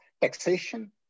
taxation